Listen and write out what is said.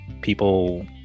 people